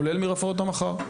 כולל מרפורמת המח"ר,